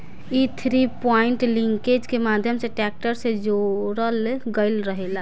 इ three point linkage के माध्यम से ट्रेक्टर से जोड़ल गईल रहेला